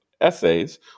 essays